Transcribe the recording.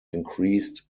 increased